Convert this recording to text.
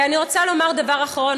אני רוצה לומר דבר אחרון.